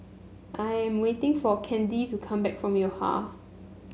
I am waiting for Candy to come back from Yo Ha